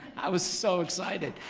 i was so excited.